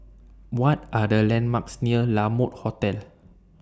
What Are The landmarks near La Mode Hotel